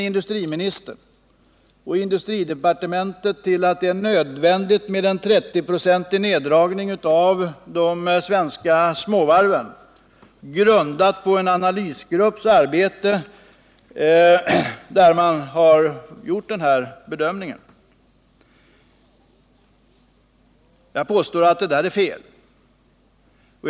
Industriministern och industridepartementet hänvisar till att det är nödvändigt med en 30-procentig neddragning av de svenska småvarven, en bedömning som är gjord mot bakgrund av en analysgrupps arbete. Jag påstår att den bedömningen är felaktig.